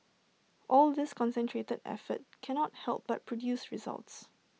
all this concentrated effort cannot help but produce results